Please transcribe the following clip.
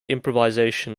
improvisation